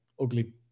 ugly